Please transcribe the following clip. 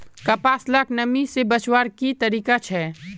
कपास लाक नमी से बचवार की तरीका छे?